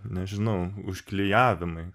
nežinau užklijavimai